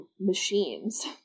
machines